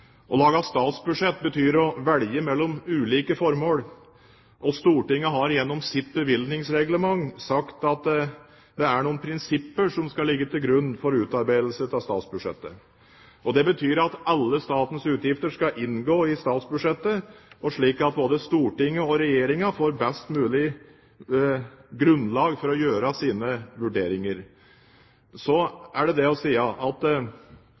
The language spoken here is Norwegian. Å utarbeide et statsbudsjett er å velge mellom ulike formål. Stortinget har gjennom sitt bevilgningsreglement sagt at det er noen prinsipper som skal ligge til grunn for utarbeidelsen av statsbudsjettet. Det innebærer at alle statens utgifter og inntekter skal inngå i statsbudsjettet, slik at både storting og regjering får et best mulig grunnlag for å foreta sine vurderinger. Det er fra mange hold kommet innspill om at